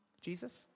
Jesus